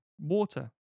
Water